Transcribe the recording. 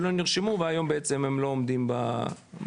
שלא נרשמו והיום הם בעצם לא עומדים בתור,